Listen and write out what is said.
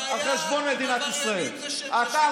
זה לא